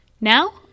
Now